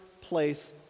place